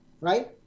Right